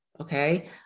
okay